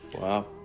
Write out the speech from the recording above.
Wow